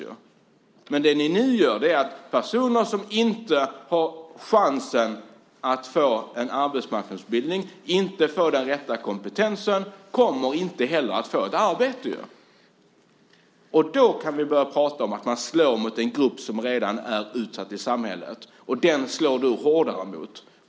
Nu kommer i stället personer som inte har chansen att få en arbetsmarknadsutbildning inte att få den rätta kompetensen och heller inget arbete. Då kan vi börja prata om att man slår mot en grupp som redan är utsatt i samhället. Den slår du hårdare mot.